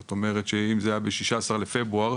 זאת אומרת שאם זה היה ב-16 בפברואר,